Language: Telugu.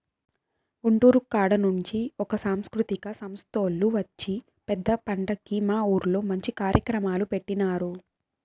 గుంటూరు కాడ నుంచి ఒక సాంస్కృతిక సంస్తోల్లు వచ్చి పెద్ద పండక్కి మా ఊర్లో మంచి కార్యక్రమాలు పెట్టినారు